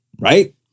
right